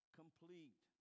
complete